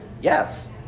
Yes